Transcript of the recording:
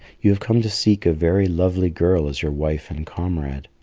you have come to seek a very lovely girl as your wife and comrade.